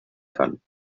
kann